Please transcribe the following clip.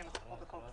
כנוסחו בחוק זה,